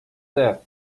that